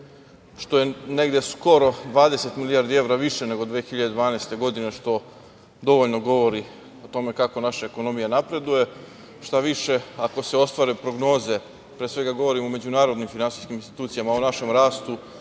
što je negde skoro 20 milijardi više nego 2012. godine, što dovoljno govori o tome kako naša ekonomija napreduje, šta više ako se ostvare prognoze, pre svega govorim o međunarodnim finansijskim institucijama, o našem rastu,